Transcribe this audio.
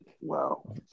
Wow